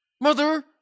Mother